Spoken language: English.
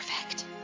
perfect